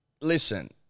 Listen